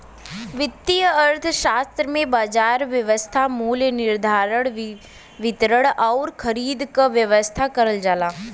वित्तीय अर्थशास्त्र में बाजार व्यवस्था मूल्य निर्धारण, वितरण आउर खरीद क व्यवस्था करल जाला